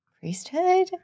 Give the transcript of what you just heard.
priesthood